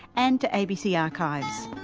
and to abc archives.